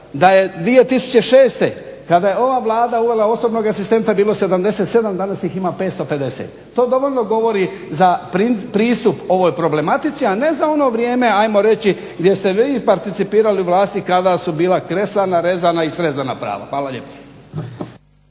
da je 2006. kada je ova Vlada uvela osobnog asistenta bilo 77, danas ih ima 550. To dovoljno govori za pristup ovoj problematici, a ne za ono vrijeme ajmo reći gdje ste vi participirali u vlasti kada su bila kresana, rezana i srezana prava. Hvala lijepo.